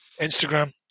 Instagram